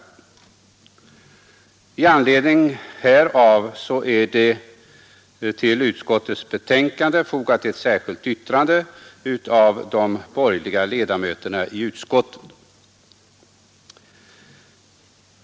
Med anledning härav är till utskottets betänkande fogat ett särskilt yttrande av de borgerliga ledamöterna i utskottet.